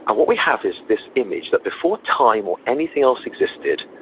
and what we have is this image that before time or anything else existed,